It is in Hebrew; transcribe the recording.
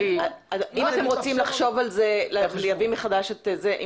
אם אתם רוצים לחשוב על זה מחדש ואם